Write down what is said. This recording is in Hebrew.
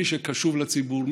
מי שקשוב לציבור,